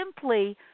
simply